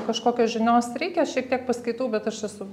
kažkokios žinios reikia šiek tiek paskaitau bet aš esu